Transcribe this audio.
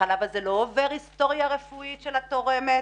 החלב הזה לא עובר היסטוריה רפואית של התורמת